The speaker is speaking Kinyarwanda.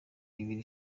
ibiri